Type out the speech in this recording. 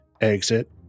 exit